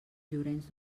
llorenç